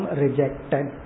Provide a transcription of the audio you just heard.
rejected